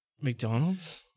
McDonald's